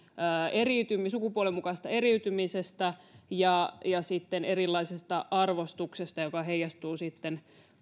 sukupuolen mukaisesta eriytymisestä ja ja erilaisesta arvostuksesta joka heijastuu sitten